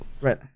Right